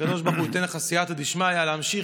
שהקדוש ברוך הוא ייתן לך סייעתא דשמיא להמשיך.